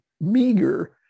meager